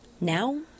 Now